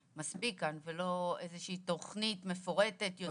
מספיק כאן ולא איזה שהיא תכנית מפורטת יותר,